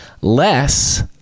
Less